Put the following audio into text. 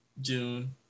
June